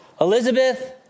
Elizabeth